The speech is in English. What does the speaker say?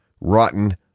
rotten